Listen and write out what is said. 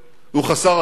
הוא חסר אחריות.